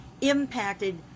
impacted